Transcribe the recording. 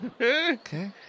Okay